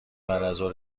بعدازظهر